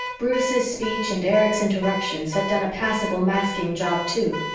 bruce's speech and erich's interruptions had done a passable masking job too.